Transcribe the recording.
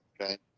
Okay